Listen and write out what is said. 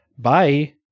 Bye